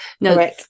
No